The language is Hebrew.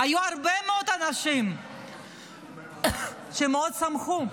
היו הרבה מאוד אנשים שמאוד שמחו,